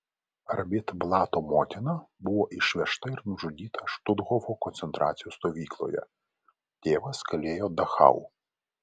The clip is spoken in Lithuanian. arbit blato motina buvo išvežta ir nužudyta štuthofo koncentracijos stovykloje tėvas kalėjo dachau